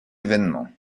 événements